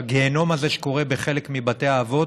של הגיהינום הזה שקורה בחלק מבתי האבות,